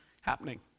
happening